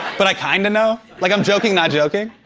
but i kinda know. like i'm joking, not joking.